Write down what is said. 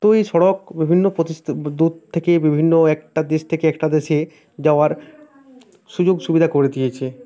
তো এই সড়ক বিভিন্ন পতিস্তি দূর থেকে বিভিন্ন একটা দেশ থেকে একটা দেশে যাওয়ার সুযোগ সুবিধা করে দিয়েছে